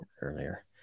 earlier